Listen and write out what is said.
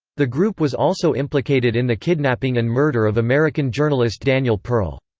the group was also implicated in the kidnapping and murder of american journalist daniel pearl.